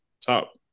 top